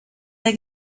der